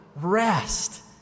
rest